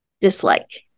dislike